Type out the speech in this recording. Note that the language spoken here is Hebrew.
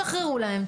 שחררו להם,